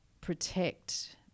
protect